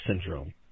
syndrome